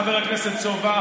חבר הכנסת סובה,